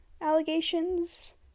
allegations